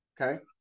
okay